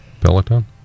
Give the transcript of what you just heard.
Peloton